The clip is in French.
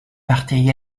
parti